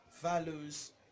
values